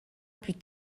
plus